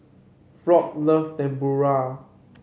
Floyd love Tempura